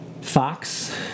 Fox